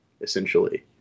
essentially